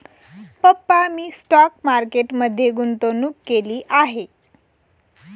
पप्पा मी stock market मध्ये गुंतवणूक केली आहे